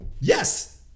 Yes